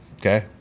Okay